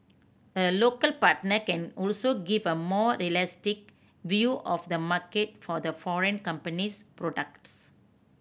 a local partner can also give a more realistic view of the market for the foreign company's products